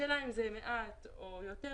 השאלה אם זה מעט או יותר,